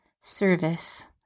Service